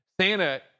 Santa